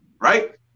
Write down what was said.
right